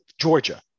Georgia